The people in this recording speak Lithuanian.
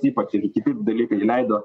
ypač ir kiti dalykai leido